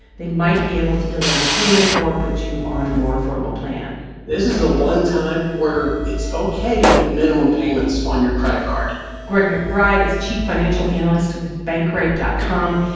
they might be able to delay your payment or put you on a more affordable plan this is the one time where it's ok to make minimum payments on your credit card greg mcbride is chief financial analyst with bankrate dot com.